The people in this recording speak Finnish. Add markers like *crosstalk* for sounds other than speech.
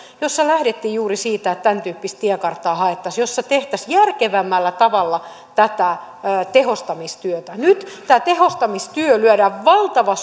jossa lähdettiin juuri siitä että tämäntyyppistä tiekarttaa haettaisiin jossa tehtäisiin järkevämmällä tavalla tätä tehostamistyötä nyt tehostamistyössä lyödään valtava *unintelligible*